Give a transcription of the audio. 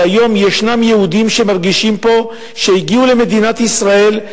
שהיום ישנם יהודים שמרגישים פה שהגיעו למדינת ישראל,